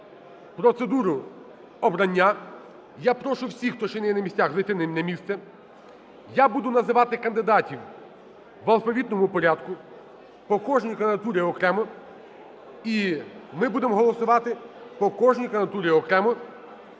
процедуру обрання. Я прошу всіх, хто ще не є на місцях, зайти на місце. Я буду називати кандидатів в алфавітному порядку по кожній кандидатурі окремо, і ми будемо голосувати по кожній кандидатурі окремо.